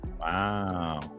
Wow